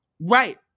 Right